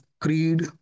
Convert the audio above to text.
creed